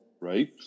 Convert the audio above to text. right